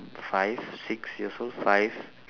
five six years old five